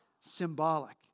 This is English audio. symbolic